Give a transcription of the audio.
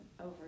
over